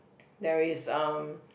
there is um